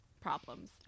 Problems